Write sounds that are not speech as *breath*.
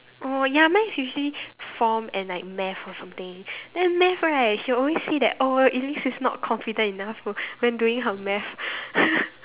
oh ya mine is usually form and like math or something then math right she will always that oh Alice is not confident enough w~ when doing her math *breath*